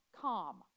calm